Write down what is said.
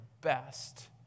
best